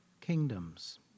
kingdoms